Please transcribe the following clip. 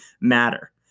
matter